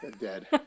dead